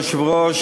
אדוני היושב-ראש,